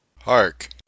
Hark